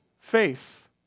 faith